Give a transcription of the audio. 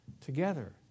together